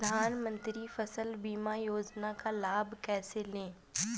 प्रधानमंत्री फसल बीमा योजना का लाभ कैसे लें?